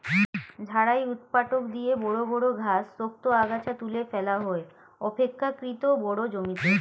ঝাড়াই ঊৎপাটক দিয়ে বড় বড় ঘাস, শক্ত আগাছা তুলে ফেলা হয় অপেক্ষকৃত বড় জমিতে